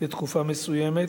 לתקופה מסוימת,